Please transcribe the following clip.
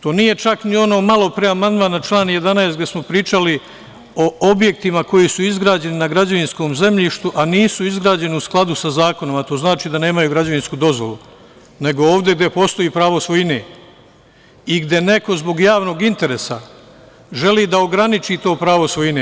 To nije čak ni ono malo pre amandman na član 11. gde smo pričali o objektima koji su izgrađeni na građevinskom zemljištu, a nisu izgrađeni u skladu sa zakonom, a to znači da nemaju građevinsku dozvolu, nego ovde gde postoji pravo svojine i gde neko zbog javnog interesa želi da ograniči to pravo svojine.